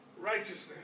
righteousness